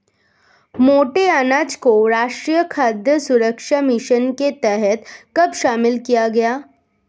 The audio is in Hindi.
मोटे अनाज को राष्ट्रीय खाद्य सुरक्षा मिशन के तहत कब शामिल किया गया?